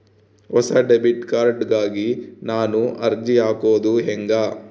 ಹೊಸ debit card ಗಾಗಿ ನಾನು ಅರ್ಜಿ ಹಾಕೊದು ಹೆಂಗ?